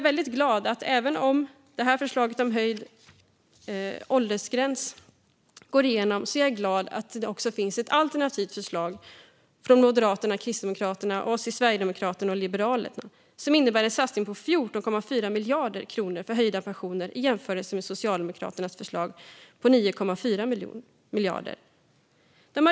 Även om förslaget om höjd åldersgräns går igenom är jag väldigt glad att det också finns ett alternativt förslag från Moderaterna, Kristdemokraterna, oss i Sverigedemokraterna och Liberalerna som innebär en satsning på 14,4 miljarder kronor för höjda pensioner i jämförelse med Socialdemokraternas förslag på 9,4 miljarder.